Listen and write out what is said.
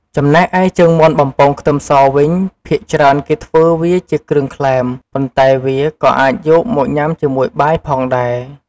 ចំណែកឯជើងមាន់បំពងខ្ទឹមសវិញ ភាគច្រើនគេធ្វើវាជាគ្រឿងក្លែម ប៉ុន្តែវាក៏អាចយកមកញ៉ាំជាមួយបាយផងដែរ។